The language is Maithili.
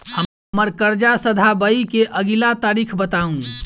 हम्मर कर्जा सधाबई केँ अगिला तारीख बताऊ?